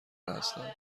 هستند